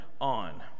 on